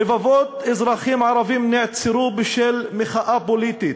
רבבות אזרחים ערבים נעצרו בשל מחאה פוליטית,